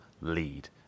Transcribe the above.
lead